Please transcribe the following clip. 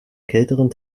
kälteren